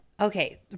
okay